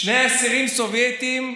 שני שרים סובייטים,